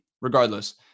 regardless